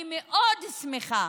אני מאוד שמחה